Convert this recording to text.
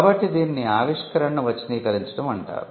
కాబట్టి దీనిని 'ఆవిష్కరణను వచనీకరించడం' అంటాం